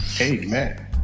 Amen